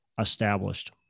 established